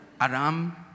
Aram